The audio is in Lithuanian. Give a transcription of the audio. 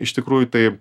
iš tikrųjų tai